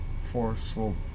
Forceful